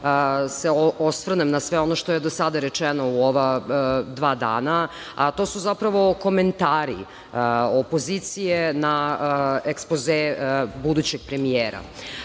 se osvrnem na sve ono što je do sada rečeno u ova dva dana, a to su zapravo komentari opozicije na ekspoze budućeg premijera. Neko